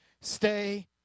stay